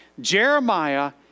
Jeremiah